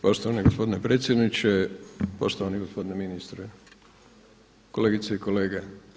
Poštovani gospodine predsjedniče, poštovani gospodine ministre, kolegice i kolege.